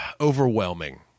overwhelming